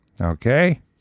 okay